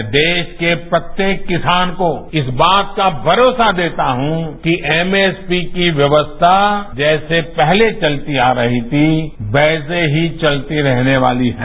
मैं देश के प्रत्येक किसान को इस बात का भरोसा देता हूं कि एमएसपी की व्यवस्था जैसे पहले चलती आ रही थी वैसे ही चलती रहने वाली है